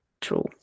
true